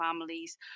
families